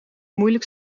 moeilijk